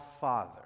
Father